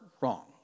wrong